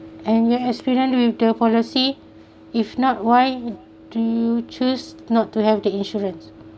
and your experience with the policy if not why do you choose not to have the insurance